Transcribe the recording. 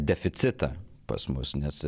deficitą pas mus nes